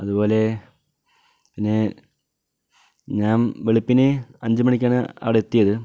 അതുപോലെ പിന്നെ ഞാൻ വെളുപ്പിന് അഞ്ച് മണിക്കാണ് അവിടെ എത്തിയത്